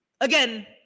Again